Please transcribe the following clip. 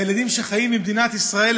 מהילדים שחיים במדינת ישראל,